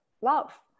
love